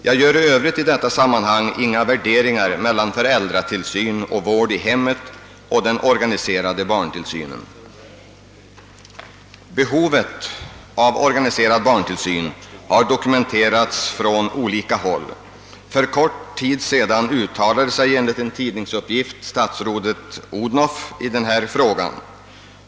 Jag gör i Övrigt i detta sammanhang inga värderingar mellan föräldratillsyn och vård i hemmet iå ena sidan och den organiserade barntillsynen å andra sidan. Behovet av organiserad barntillsyn har (dokumenterats från olika håll. För kort tid sedan wttalade sig enligt en tidningsuppgift statsrådet Odhnoff i denna fråga.